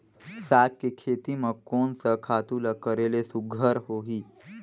साग के खेती म कोन स खातु ल करेले सुघ्घर होही?